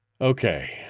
Okay